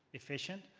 efficient.